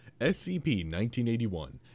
SCP-1981